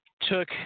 took